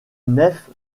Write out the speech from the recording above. nef